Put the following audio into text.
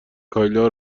کایلا